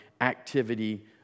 activity